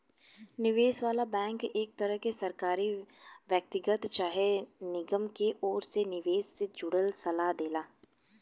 निवेश वाला बैंक एक तरह के सरकारी, व्यक्तिगत चाहे निगम के ओर से निवेश से जुड़ल सलाह देला